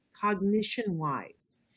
cognition-wise